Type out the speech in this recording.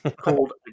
called